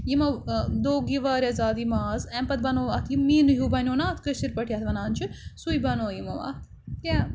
یِمو دوٚگ یہِ واریاہ زیادٕ یہِ ماز اَمہِ پَتہٕ بَنوو اَتھ یِم میٖنہٕ ہیوٗ بَنیو نہ اَتھ کٲشِر پٲٹھۍ یَتھ وَنان چھِ سُے بَنوو یِمو اَتھ کیٛاہ